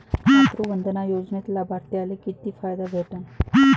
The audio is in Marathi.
मातृवंदना योजनेत लाभार्थ्याले किती फायदा भेटन?